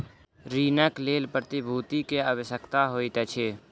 ऋणक लेल प्रतिभूति के आवश्यकता होइत अछि